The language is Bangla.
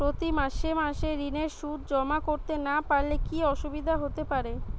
প্রতি মাসে মাসে ঋণের সুদ জমা করতে না পারলে কি অসুবিধা হতে পারে?